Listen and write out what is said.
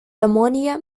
ammonia